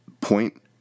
point